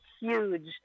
huge